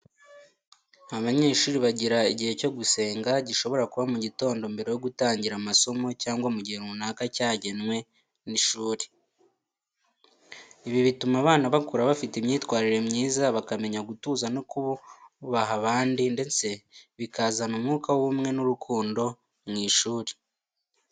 Abanyeshuri bagira igihe cyo gusenga, gishobora kuba mu gitondo mbere yo gutangira amasomo cyangwa mu gihe runaka cyagenwe n'ishuri. Ibi bituma abana bakura bafite imyitwarire myiza, bakamenya gutuza no kubaha abandi, ndetse bikazana umwuka w'ubumwe n'urukundo mu ishuri.